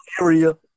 area